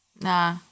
nah